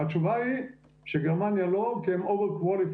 והתשובה היא שגרמניה לא כי הם Overqualified,